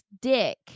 dick